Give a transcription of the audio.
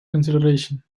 consideration